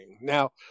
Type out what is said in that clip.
Now